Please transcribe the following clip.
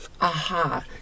aha